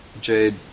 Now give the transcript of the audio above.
Jade